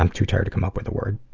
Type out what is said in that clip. um too tired to come up with a word.